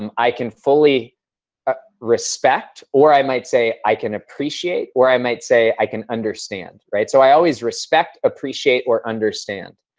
um i can fully ah respect or i might say i can appreciate or i might say i can understand. so i always respect, appreciate or understand.